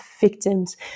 victims